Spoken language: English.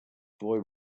boy